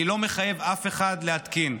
אני לא מחייב אף אחד להתקין.